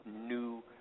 new